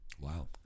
wow